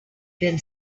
then